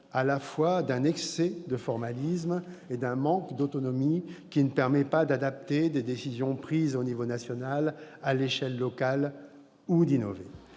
à la fois d'un excès de formalisme et d'un manque d'autonomie, ce qui ne permet pas d'adapter des décisions prises au niveau national à l'échelle locale ou d'innover.